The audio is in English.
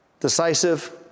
decisive